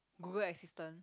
Google Assistant